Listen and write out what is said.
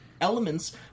elements